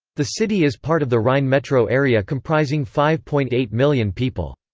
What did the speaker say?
the city is part of the rhein metro area comprising five point eight million people.